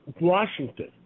Washington